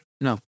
No